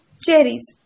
Cherries